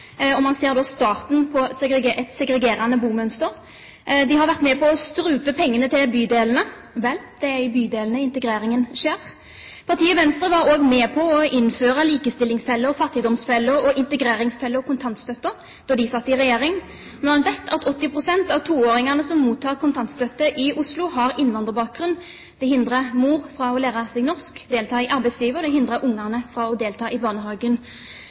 boliger. Man ser starten på et segregerende bomønster. De har vært med på å strupe pengene til bydelene. Vel, det er i bydelene integreringen skjer. Partiet Venstre var også med på å innføre likestillingsfelle, fattigdomsfelle, integreringsfelle og kontantstøtte da de satt i regjering. 80 pst. av toåringene i Oslo som det mottas kontantstøtte for, har innvandrerbakgrunn. Det vet vi hindrer mor i å lære seg norsk og delta i arbeidslivet og ungene i å delta i barnehagen.